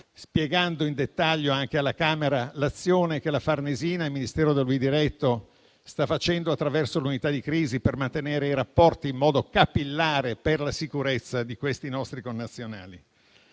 spiegando in dettaglio anche alla Camera l'azione che la Farnesina, il Ministero da lui diretto, sta portando avanti attraverso l'unità di crisi, per mantenere i rapporti in modo capillare per la sicurezza di questi nostri connazionali